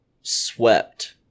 swept